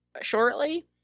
shortly